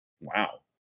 Wow